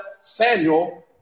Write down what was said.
Samuel